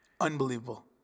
Unbelievable